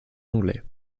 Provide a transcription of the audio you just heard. anglais